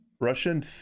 russian